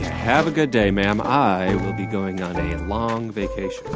have a good day, ma'am. i will be going on a long vacation